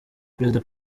perezida